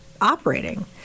operating